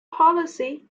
policy